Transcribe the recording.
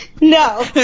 No